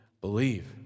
believe